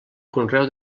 conreu